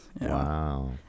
Wow